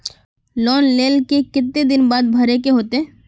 Loan लेल के केते दिन बाद भरे के होते?